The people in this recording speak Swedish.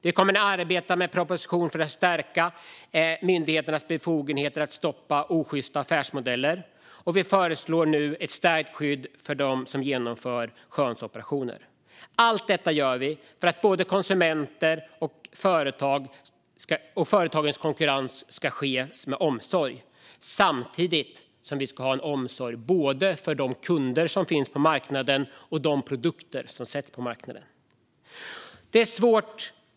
Vi kommer att arbeta med en proposition för att stärka myndigheternas befogenheter att stoppa osjysta affärsmodeller. Vi föreslår nu ett stärkt skydd för dem som genomgår skönhetsoperationer. Allt detta gör vi av omsorg om både konsumenter och företagens konkurrens. Samtidigt ska vi ha en omsorg om de kunder som finns på marknaden och de produkter som sätts på marknaden.